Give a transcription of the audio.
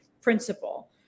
principle